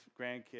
grandkids